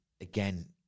again